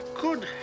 Good